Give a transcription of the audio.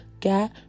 got